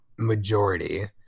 majority